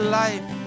life